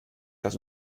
das